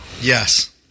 yes